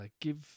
give